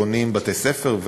בונים בתי-ספר,